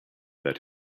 that